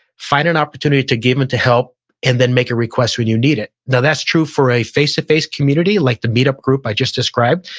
find an opportunity to give and to help and then make a request when you need it. now that's true for a face-to-face community like the meetup group i just described,